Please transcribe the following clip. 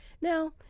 now